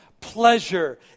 pleasure